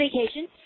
vacation